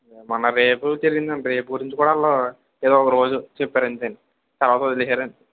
మొన్న రేప్ జరిగింది అండి రేప్ గురించి కూడా ఆళ్ళూ ఏదో ఒక రోజు చెప్పారు అంతేనండి తర్వాత వదిలేశారండి